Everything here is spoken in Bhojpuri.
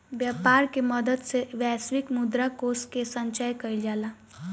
व्यापर के मदद से वैश्विक मुद्रा कोष के संचय कइल जाला